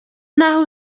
n’aho